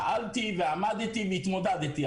פעלתי ועמדתי והתמודדתי.